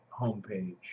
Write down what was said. homepage